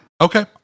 Okay